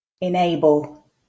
Enable